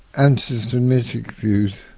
anti-semitic views.